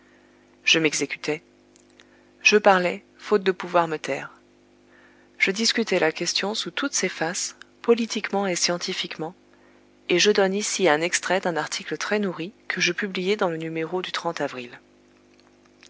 je m'exécutai je parlai faute de pouvoir me taire je discutai la question sous toutes ses faces politiquement et scientifiquement et je donne ici un extrait d'un article très nourri que je publiai dans le numéro du avril